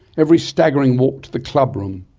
every staggering walk to the club room,